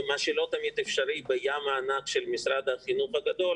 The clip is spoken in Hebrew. מה שלא תמיד אפשרי בים הענק של משרד החינוך הגדול,